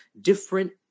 Different